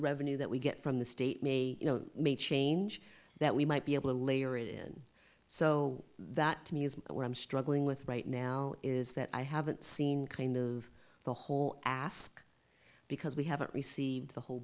revenue that we get from the state may change that we might be able to layer it isn't so that to me is what i'm struggling with right now is that i haven't seen kind of the whole ask because we haven't received the whole